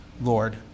Lord